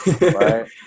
Right